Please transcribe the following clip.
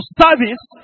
service